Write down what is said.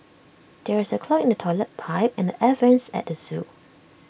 there is A clog in the Toilet Pipe and the air Vents at the Zoo